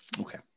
okay